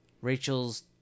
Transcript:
Rachel's